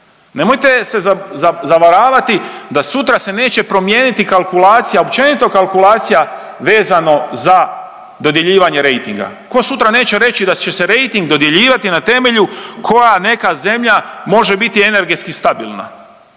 Nemojte se zavaravati da sutra se neće promijeniti kalkulacija, općenito kalkulacija vezano za dodjeljivanje rejtinga. Tko sutra neće reći da će se rejting dodjeljivati na temelju koja neka zemlja može biti energetski stabilna,